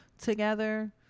together